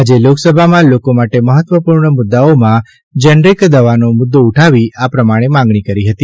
આજે લોકસભામાં લોકો માટે મહત્વપૂર્ણ મુદ્દાઓમાં જેનરીક દવાનો મુદ્દો ઉઠાવી આ પ્રમાણે માગણી કરી હતી